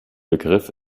begriff